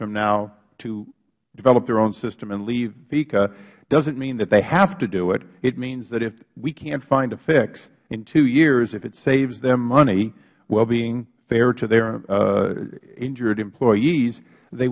from now to develop their own system and leave feca doesnt mean that they have to do it it means that if we cant find a fix in two years if it saves them money while being fair to their injured employees they